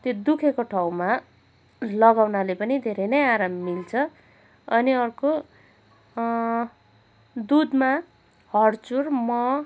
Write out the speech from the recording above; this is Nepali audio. त्यो दुखेको ठाउँमा लगाउनाले पनि धेरै नै आराम मिल्छ अनि अर्को दुधमा हडचुर मह